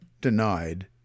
denied